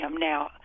now